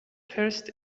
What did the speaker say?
first